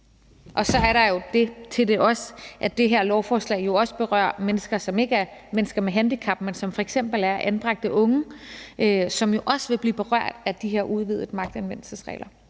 også det at sige til det, at det her lovforslag også berører mennesker, som ikke er mennesker med handicap, men som f.eks. er anbragte unge. De vil jo også vil blive berørt af de her udvidede magtanvendelsesregler.